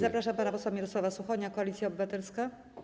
Zapraszam pana posła Mirosława Suchonia, Koalicja Obywatelska.